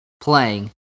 playing